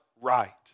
right